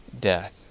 death